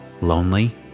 lonely